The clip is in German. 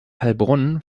heilbronn